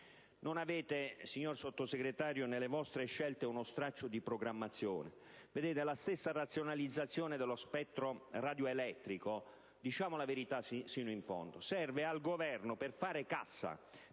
scelte, signor Sottosegretario, non è contenuto uno straccio di programmazione. La stessa razionalizzazione dello spettro radioelettrico, diciamo la verità sino in fondo, serve al Governo per fare cassa,